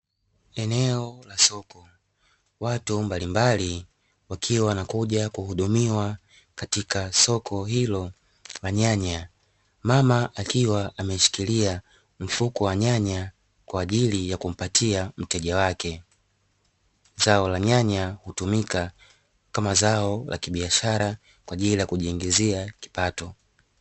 Eneo la soko watu mbalimbali wakiwa wanakuja kuhudumia katika soko hilo la nyanya, mama akiwa ameshukilia mfuko wa nyanya kwa ajili ya kumpatia mteja wake. Zao la nyanya hutumika kama zao la kibiashara kwa ajili ya kujiingizia kipato.